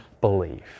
believe